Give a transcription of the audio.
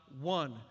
one